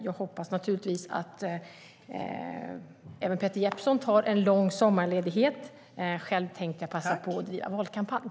Jag hoppas naturligtvis att även Peter Jeppsson tar en lång sommarledighet. Själv tänker jag passa på att driva valkampanj.